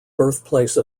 birthplace